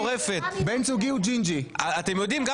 אתם צריכים להשתחרר מזה, אתם באובססיה מטורפת.